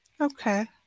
Okay